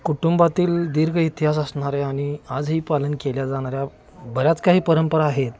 कुटुंबातील दीर्घ इतिहास असणाऱ्या आणि आजही पालन केल्या जाणाऱ्या बऱ्याच काही परंपरा आहेत